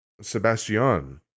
Sebastian